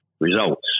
results